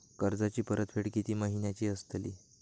कर्जाची परतफेड कीती महिन्याची असतली?